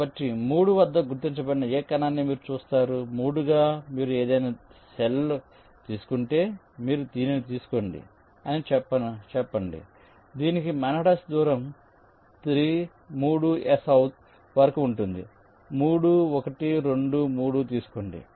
కాబట్టి 3 వద్ద గుర్తించబడిన ఏ కణాన్ని మీరు చూస్తారు 3 గా మీరు ఏదైనా సెల్ తీసుకుంటే మీరు దీనిని తీసుకోండి అని చెప్పండి దీనికి మాన్హాటన్ దూరం 3 S వరకు ఉంటుంది 3 1 2 3 తీసుకోండి